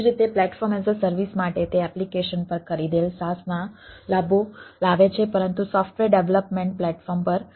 તેવી જ રીતે પ્લેટફોર્મ એઝ અ સર્વિસ માટે તે એપ્લિકેશન પર ખરીદેલ SaaS ના લાભો લાવે છે પરંતુ સોફ્ટવેર ડેવલપમેન્ટ પ્લેટફોર્મ પર